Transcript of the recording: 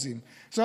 54.7%. זאת אומרת,